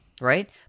Right